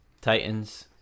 Titans